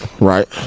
Right